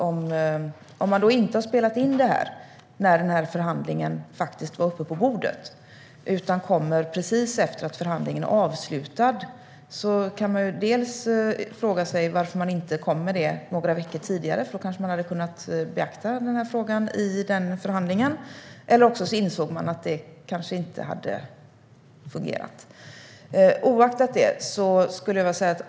Om man det inte har tagits något initiativ när förhandlingen var uppe på bordet utan kommer precis efter det att förhandlingen är avslutad kan frågan ställas varför man inte tog upp det några veckor tidigare. Då hade frågan kanske kunnat beaktas i den förhandlingen. Eller också insåg man att det kanske inte hade fungerat.